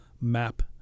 map